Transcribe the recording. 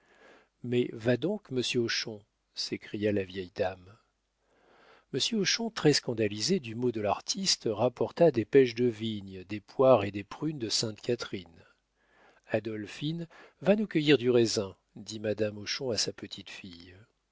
mais va donc monsieur hochon s'écria la vieille dame monsieur hochon très scandalisé du mot de l'artiste rapporta des pêches de vigne des poires et des prunes de sainte-catherine adolphine va nous cueillir du raisin dit madame hochon à sa petite-fille